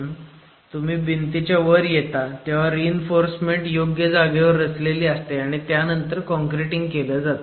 तर जेव्हा तुम्ही भिंतीच्या वर येता तेव्हा रिइन्फोर्समेंट योग्य जागेवर रचलेली असते आणि त्यानंतर कॉनक्रिटिंग केलं जातं